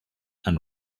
and